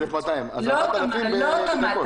1,200. אז 4,000 בדקות.